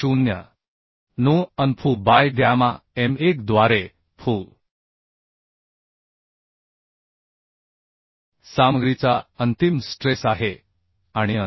9 An Fu by gamma m1 द्वारे Fu सामग्रीचा अंतिम स्ट्रेस आहे आणिAn